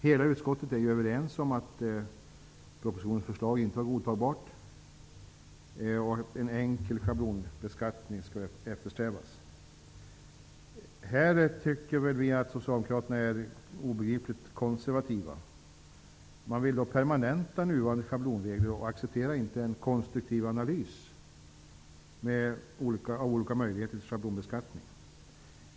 Hela utskottet är överens om att propositionens förslag inte var godtagbart och att en enkel schablonbeskattning skall eftersträvas. Vi menar att Socialdemokraterna är obegripligt konservativa i den här frågan. De vill permanenta nuvarande schablonregler och accepterar inte en konstruktiv analys av olika möjligheter till schablonbeskattning.